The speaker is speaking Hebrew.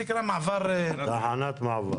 אבל הוא כנראה --- אבל האופוזיציה זה לא רק אתה,